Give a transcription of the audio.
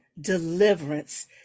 deliverance